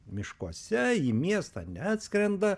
miškuose į miestą neatskrenda